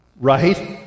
Right